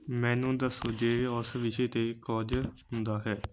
ਮੈਨੂੰ ਦੱਸੋ ਜੇ ਉਸ ਵਿਸ਼ੇ 'ਤੇ ਕੁਝ ਹੁੰਦਾ ਹੈ